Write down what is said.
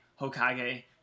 Hokage